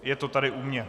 Je to tady u mě.